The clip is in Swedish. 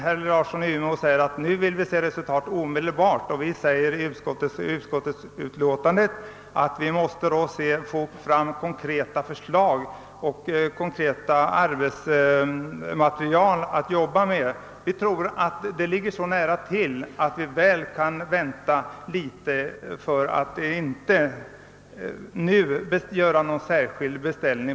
Herr Larsson i Umeå säger att »nu vill vi se resultat omedelbart» och i utskottsutlåtandet säger vi att vi måste få fram konkreta förslag och ett konkret material att arbeta med. Vi tror att sådant material snart kommer att framläggas, och därför anser vi att vi kan vänta något och att vi inte nu bör göra en särskild beställning.